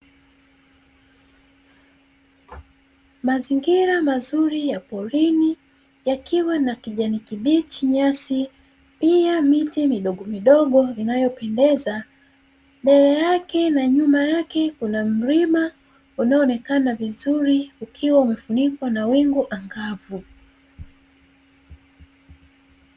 Mazingira mazuri ya porini yakiwa na kijani kibichi, nyasi, pia miti midogomidogo inayopendeza; mbele yake na nyuma yake kuna mlima unaoonekana vizuri ukiwa umefunikwa na wingu angavu.